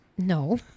No